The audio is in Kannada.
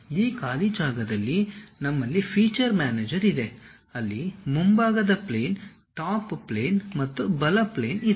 ಈ ಖಾಲಿ ಜಾಗದಲ್ಲಿ ನಮ್ಮಲ್ಲಿ ಫೀಚರ್ ಮ್ಯಾನೇಜರ್ ಇದೆ ಅಲ್ಲಿ ಮುಂಭಾಗದ ಪ್ಲೇನ್ ಟಾಪ್ ಪ್ಲೇನ್ ಮತ್ತು ಬಲ ಪ್ಲೇನ್ ಇದೆ